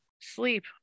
sleep